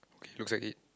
okay looks like it